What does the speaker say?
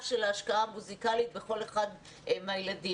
של ההשקעה המוסיקלית בכל אחד מהילדים,